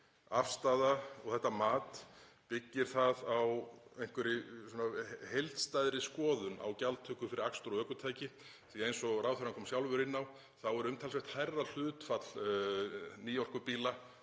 afstaða og þetta mat, byggir það á einhverri heildstæðri skoðun á gjaldtöku fyrir akstur og ökutæki? Því eins og ráðherrann kom sjálfur inn á er umtalsvert hærra hlutfall nýorkubíla,